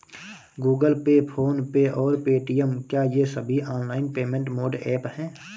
Google Pay PhonePe और Paytm क्या ये सभी ऑनलाइन पेमेंट मोड ऐप हैं?